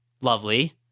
Lovely